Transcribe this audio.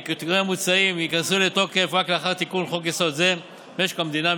כי התיקונים המוצעים ייכנסו לתוקף רק לאחר תיקון חוק-יסוד: משק המדינה.